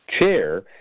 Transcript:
chair